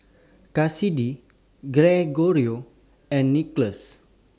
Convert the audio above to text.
Kassidy Gregorio and Nicholas